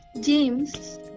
James